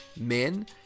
men